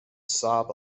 saab